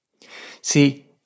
See